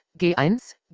G1